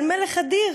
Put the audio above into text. על מלך אדיר?